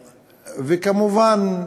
וכמובן,